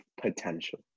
potential